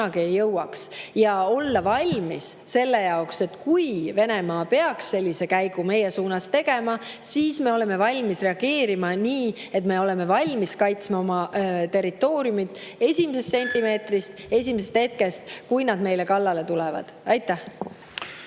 et olla valmis selleks, et kui Venemaa peaks sellise käigu meie suunas tegema, siis me oleme valmis reageerima nii, et me oleme valmis kaitsma oma territooriumi esimesest sentimeetrist, esimesest hetkest, kui nad meile kallale tulevad. Suur